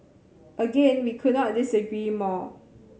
again we could not disagree more